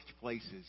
places